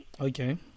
Okay